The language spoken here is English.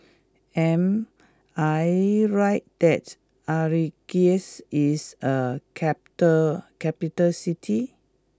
am I right that Algiers is a capital capital city